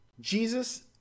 Jesus